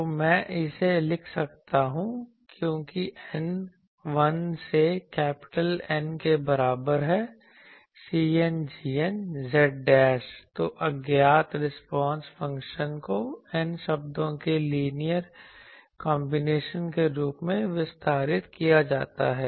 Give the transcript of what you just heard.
तो मैं इसे लिख सकता हूं क्योंकि n 1 से कैपिटल N के बराबर है cngn z तो अज्ञात रिस्पांस फ़ंक्शन को n शब्दों के लीनियर कॉन्बिनेशन के रूप में विस्तारित किया जाता है